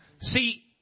See